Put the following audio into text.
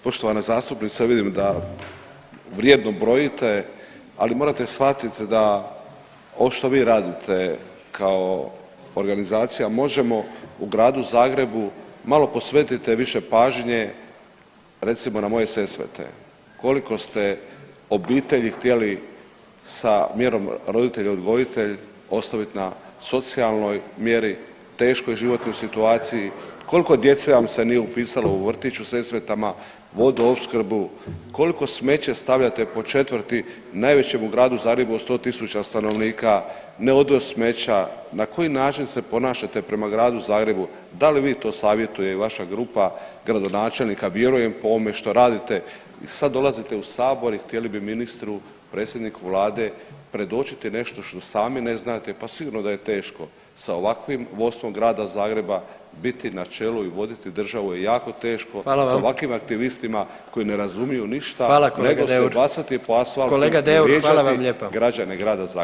Poštovana zastupnice vidim da vrijedno brojite ali morate shvatiti da ovo što vi radite kao organizacija Možemo u Gradu Zagrebu malo posvetite više pažnje recimo na moje Sesvete koliko ste obitelji htjeli sa mjerom Roditelj odgojitelj ostavit na socijalnoj mjeri, teškoj životnoj situaciji, koliko djece vam se nije upisalo u vrtić u Sesvetama, vodoopskrbu, koliko smeće stavljate po četvrti najvećem u Gradu Zagrebu od 100.000 stanovnika, ne odvoz smeća, na koji način se ponašate prema Gradu Zagrebu, da li vi to savjetuje i vaša grupa gradonačelnika, vjerujem po ovome što radite i sad dolazite u sabor i htjeli bi ministru, predsjedniku vlade predočiti nešto što sami ne znate, pa sigurno da je teško sa ovakvim vodstvom Grada Zagreba biti na čelu i voditi državu je jako teško [[Upadica: Hvala vam.]] s ovakvim aktivistima koji ne razumiju ništa nego se [[Upadica: Hvala kolega Deur.]] bacati po asfaltu i vrijeđati [[Upadica: Kolega Deur hvala vam lijepa.]] građane Grada Zagreba.